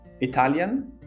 italian